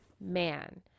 man